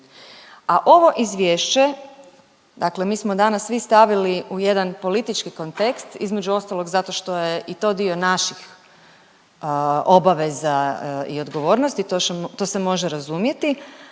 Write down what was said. A ovo izvješće, dakle mi smo danas svi stavili u jedan politički kontekst, između ostalog zato što je i to dio naših obaveza i odgovornosti, to se može razumjeti,